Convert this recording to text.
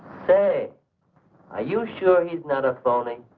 say are you sure he's not a goalie.